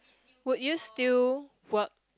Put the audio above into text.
would you still work